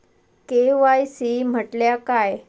KYC म्हटल्या काय?